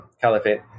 Caliphate